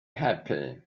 happy